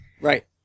Right